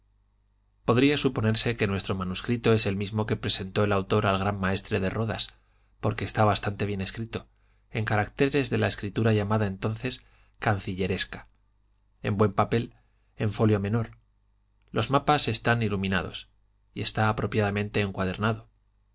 podría suponerse que nuestro manuscrito es el mismo que presentó el autor al gran maestre de rodas porque está bastante bien escrito en caracteres de la escritura llamada entonces cancilleres en buen papel en folio menor los mapas están iluminados y está apropiadamente encuadernado